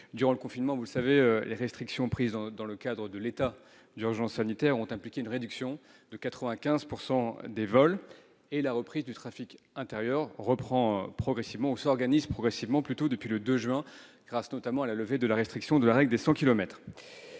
Durant le confinement, vous le savez, les restrictions prises dans le cadre de l'état d'urgence sanitaire ont impliqué une réduction de 95 % des vols. La reprise du trafic intérieur s'organise progressivement depuis le 2 juin, grâce notamment à la levée de la restriction liée à la règle des 100